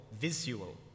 visual